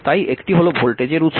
তাই একটি হল ভোল্টেজের উৎস